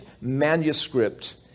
manuscript